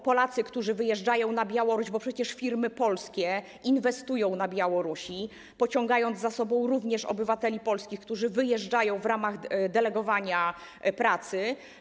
Polacy wyjeżdżają na Białoruś, bo przecież firmy polskie inwestują na Białorusi, pociągając za sobą również obywateli polskich, którzy wyjeżdżają w ramach delegowania pracy.